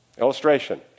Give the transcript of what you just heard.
Illustration